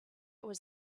was